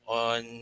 on